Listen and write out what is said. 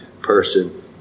person